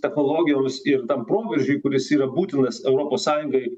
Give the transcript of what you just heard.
technologijoms ir tam proveržiui kuris yra būtinas europos sąjungai